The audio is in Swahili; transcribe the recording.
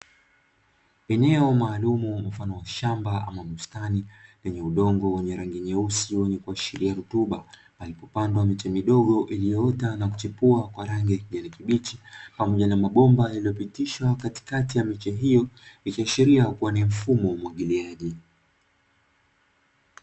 Eneo maalumu mfano wa shamba ama bustani lenye udongo wenye rangi nyeusi wenye kuashiria rutuba, palipopandwa miche midogo iliyoota na kuchipua kwa rangi ya kijani kibichi pamoja na mabomba yaliyopitishwa katikati ya miche hiyo, ikiashiria ni mfumo wa umwagiliaji.